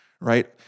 right